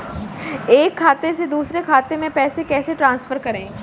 एक खाते से दूसरे खाते में पैसे कैसे ट्रांसफर करें?